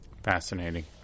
fascinating